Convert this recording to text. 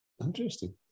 Interesting